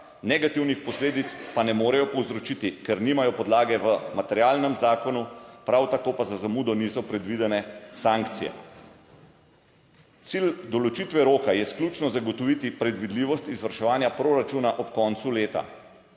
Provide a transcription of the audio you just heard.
negativnih posledic pa ne morejo povzročiti, ker nimajo podlage v materialnem zakonu, prav tako pa za zamudo niso predvidene sankcije. Cilj določitve roka je izključno zagotoviti predvidljivost izvrševanja proračuna ob koncu leta.